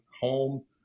home